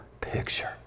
picture